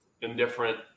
indifferent